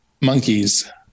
Monkeys